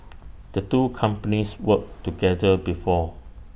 the two companies worked together before